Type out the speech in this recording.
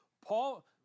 Paul